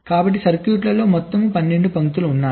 కాబట్టి సర్క్యూట్లో మొత్తం 12 పంక్తులు ఉన్నాయి